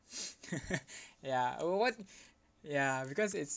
ya uh what ya because it's